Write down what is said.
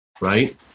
right